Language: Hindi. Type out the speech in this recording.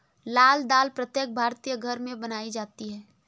लाल दाल प्रत्येक भारतीय घर में बनाई जाती है